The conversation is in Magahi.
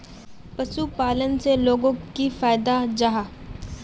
पशुपालन से लोगोक की फायदा जाहा?